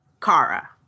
Kara